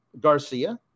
Garcia